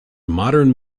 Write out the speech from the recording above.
modern